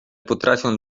potrafią